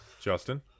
Justin